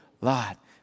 lot